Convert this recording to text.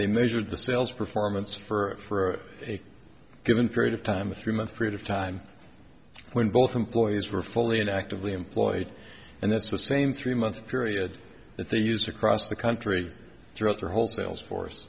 they measured the sales performance for a given period of time a three month period of time when both employees were fully and actively employed and that's the same three month period that they used across the country throughout their whole sales force